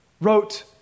wrote